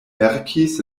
verkis